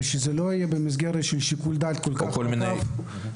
ושזה לא יהיה במסגרת של שיקול דעת כל כך רחב.